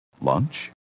lunch